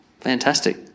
Fantastic